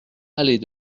allée